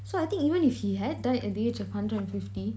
so I think even if he had died at the age of hundred and fifty